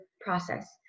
process